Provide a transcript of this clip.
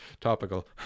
Topical